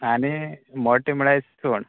आनी मोटे म्हळ्यार इसवण